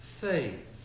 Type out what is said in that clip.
faith